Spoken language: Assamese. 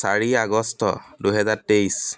চাৰি আগষ্ট দুহেজাৰ তেইছ